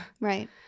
right